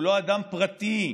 הוא לא אדם פרטי,